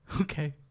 okay